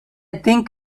think